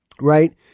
right